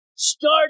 start